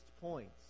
points